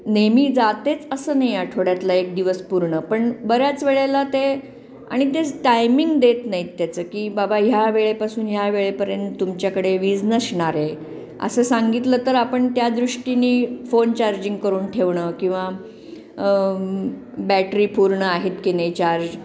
नेहमी जातेच असं नाही आठवड्यातला एक दिवस पूर्ण पण बऱ्याच वेळेला ते आणि तेच टायमिंग देत नाही आहेत त्याचं की बाबा ह्या वेळेपासून ह्या वेळेपर्यंत तुमच्याकडे वीज नसणार आहे असं सांगितलं तर आपण त्या दृष्टीने फोन चार्जिंग करून ठेवणं किंवा बॅटरी पूर्ण आहेत की नाही चार्ज